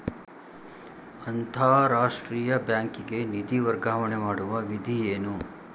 ಅಂತಾರಾಷ್ಟ್ರೀಯ ಬ್ಯಾಂಕಿಗೆ ನಿಧಿ ವರ್ಗಾವಣೆ ಮಾಡುವ ವಿಧಿ ಏನು?